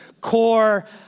core